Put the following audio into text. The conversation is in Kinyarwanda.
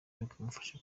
bikamufasha